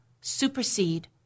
supersede